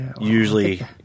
usually